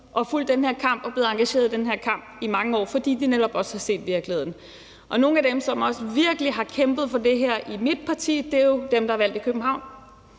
og fulgt den her kamp i mange år og er blevet engageret i den her kamp, fordi de netop også har set virkeligheden. Nogle af dem, som også virkelig har kæmpet for det her i mit parti, er jo dem, der er valgt i København,